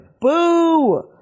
Boo